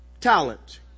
talent